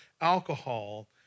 alcohol